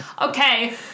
Okay